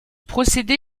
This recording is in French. procédé